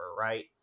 right